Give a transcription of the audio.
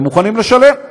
ומוכנים לשלם.